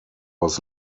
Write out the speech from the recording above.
was